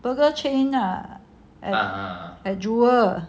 burger chain lah like jewel